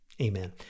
Amen